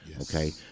Okay